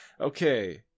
Okay